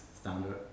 standard